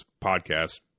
podcast